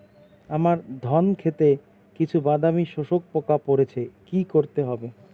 আমার ধন খেতে কিছু বাদামী শোষক পোকা পড়েছে কি করতে হবে?